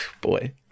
Boy